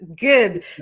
Good